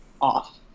off